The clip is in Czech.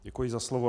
Děkuji za slovo.